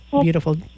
beautiful